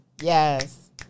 Yes